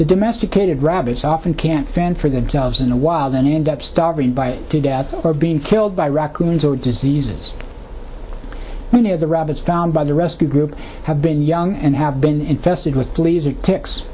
the domesticated rabbits often can't fend for themselves in a while then in that starving by death or being killed by raccoons or diseases near the rabbits found by the rescue group have been young and have been infested with fleas